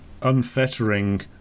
unfettering